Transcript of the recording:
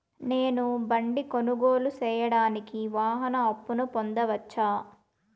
నేను బండి కొనుగోలు సేయడానికి వాహన అప్పును పొందవచ్చా?